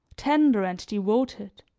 tender and devoted,